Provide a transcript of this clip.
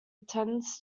intended